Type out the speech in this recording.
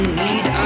need